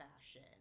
fashion